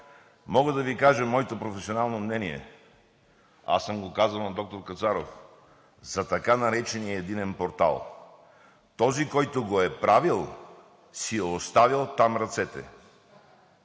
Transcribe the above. мога да Ви кажа моето професионално мнение, казвал съм го на доктор Кацаров, за така наречения Единен портал. Този, който го е правил, си е оставил там ръцете.